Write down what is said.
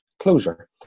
closure